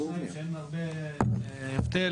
אין הרבה הבדל,